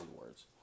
words